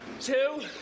two